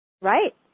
Right